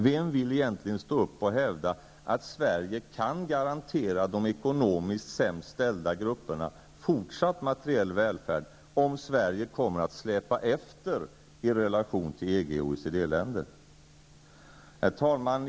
Vem vill egentligen stå upp och hävda att Sverige kan garantera de ekonomiskt sämst ställda grupperna fortsatt materiell välfärd, om Sverige kommer att släpa efter i relation till EG och OECD-länder? Herr talman!